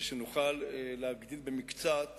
ושנוכל להגדיל במקצת